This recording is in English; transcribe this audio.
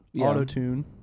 auto-tune